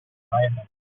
writer